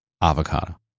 avocado